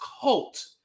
cult